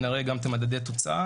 ונראה גם את מדדי התוצאה.